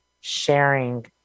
sharing